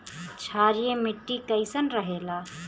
क्षारीय मिट्टी कईसन रहेला?